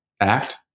act